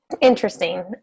Interesting